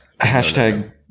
Hashtag